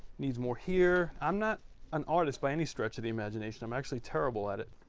needs more here. i'm not an artist by any stretch of the imagination, i'm actually terrible at it.